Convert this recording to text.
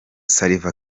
salva